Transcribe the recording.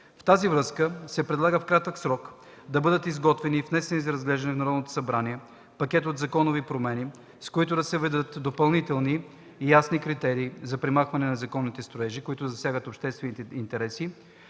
В тази връзка се предлага в кратък срок да бъдат изготвени и внесени за разглеждане от Народното събрание пакет от законови промени, с които да се въведат допълнителни и ясни критерии за премахване на незаконни строежи, които засягат обществени интереси,